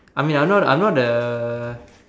I mean I'm not I'm not the